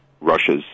Russia's